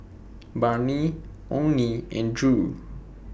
Barnie Onie and Drew